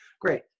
great